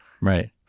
Right